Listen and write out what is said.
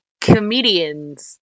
comedians